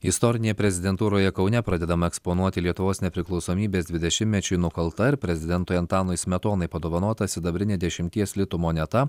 istorinėje prezidentūroje kaune pradedama eksponuoti lietuvos nepriklausomybės dvidešimtmečiui nukalta ir prezidentui antanui smetonai padovanota sidabrinė dešimties litų moneta